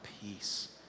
peace